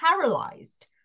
paralyzed